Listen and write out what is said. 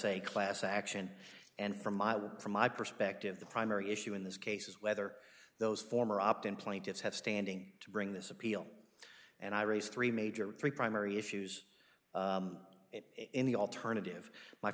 a class action and from my perspective the primary issue in this case is whether those former opt in plaintiffs have standing to bring this appeal and i raise three major three primary issues in the alternative my